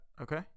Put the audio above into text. Okay